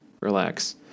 relax